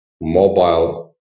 mobile